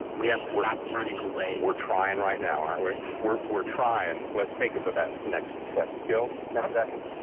we have to stop running away. we are trying right now, aren't we? we are trying. let's take it to that next step. gil, ten seconds.